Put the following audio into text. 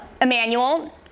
Emmanuel